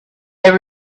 there